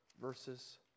verses